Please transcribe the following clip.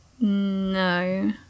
No